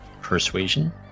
Persuasion